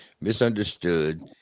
misunderstood